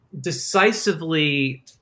decisively